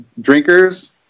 drinkers